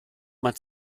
mein